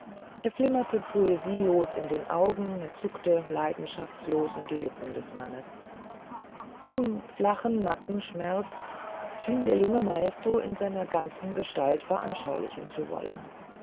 er flimmerte poesielos in den augen er zuckte leidenschaftslos um die lippen des mannes diesen flachen matten schmerz schien der junge maestro in seiner ganzen gestalt veranschaulichen zu wollen